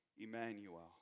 Emmanuel